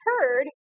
heard